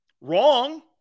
Wrong